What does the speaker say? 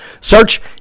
Search